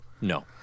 No